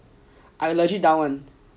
I legit down [one]